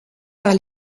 par